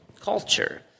culture